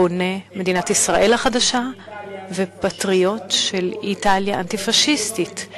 בונה מדינת ישראל החדשה ופטריוט של איטליה האנטי-פאשיסטית,